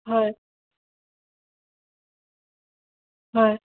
হয় হয়